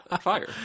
Fire